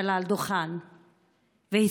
אלא על דוכן והסית,